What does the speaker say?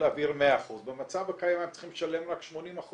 להעביר 100%. במצב הקיים הם צריכים לשלם רק 80%,